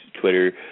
Twitter